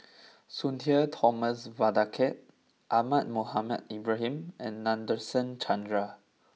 Sudhir Thomas Vadaketh Ahmad Mohamed Ibrahim and Nadasen Chandra